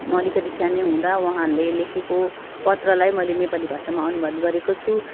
म अलिकति सानै हुँदा उहाँहरूले लेखेको पत्रलाई मैले नेपाली भाषामा अनुवाद गरेको छु